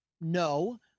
No